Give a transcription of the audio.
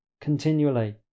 Continually